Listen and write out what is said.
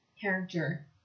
character